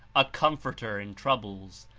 a comforter in troubles,